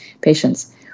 patients